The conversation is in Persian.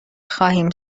خواهیم